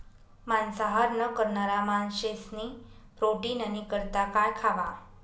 मांसाहार न करणारा माणशेस्नी प्रोटीननी करता काय खावा